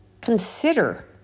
consider